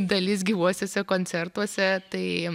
dalis gyvuosiuose koncertuose tai